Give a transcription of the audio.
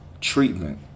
treatment